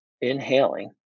inhaling